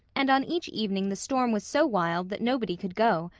and on each evening the storm was so wild that nobody could go,